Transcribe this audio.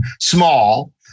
small